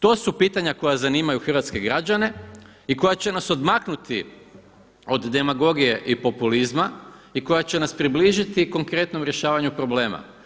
To su pitanja koja zanimaju hrvatske građane i koja će nas odmaknuti od demagogije i populizma i koja će nas približiti konkretnom rješavanju problema.